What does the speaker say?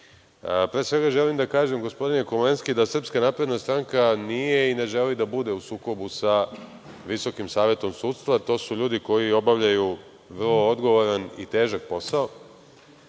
SNS.Pre svega, želim da kažem, gospodine Komlenski, da SNS nije i ne želi da bude u sukobu sa Visokim savetom sudstva, to su ljudi koji obavljaju vrlo odgovoran i težak posao